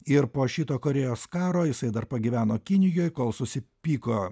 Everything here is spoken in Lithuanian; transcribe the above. ir po šito korėjos karo jisai dar pagyveno kinijoj kol susipyko